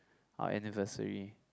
our anniversary